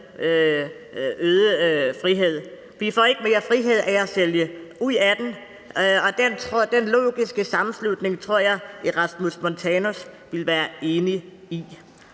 øget frihed. Vi får ikke mere frihed af at sælge ud af den, og denne logiske slutning tror jeg Erasmus Montanus ville være enig i.